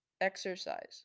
exercise